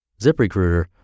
ZipRecruiter